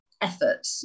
effort